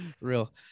real